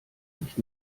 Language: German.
nicht